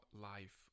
life